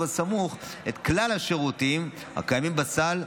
הסמוך את כלל השירותים הקיימים בסל,